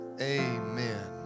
Amen